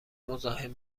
مزاحم